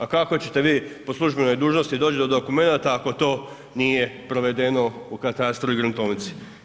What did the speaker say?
A kako ćete vi po službenoj dužnosti doći do dokumenata ako to nije provedeno u katastru i gruntovnici.